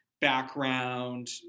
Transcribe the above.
background